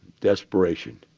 desperation